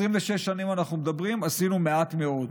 26 שנים אנחנו מדברים, עשינו מעט מאוד.